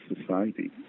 society